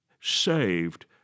saved